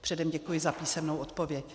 Předem děkuji za písemnou odpověď.